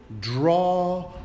draw